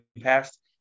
past